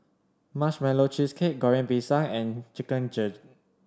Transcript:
Marshmallow Cheesecake Goreng Pisang and Chicken Gizzard